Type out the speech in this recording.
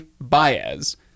Baez